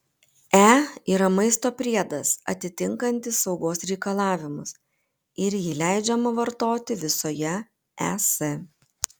e yra maisto priedas atitinkantis saugos reikalavimus ir jį leidžiama vartoti visoje es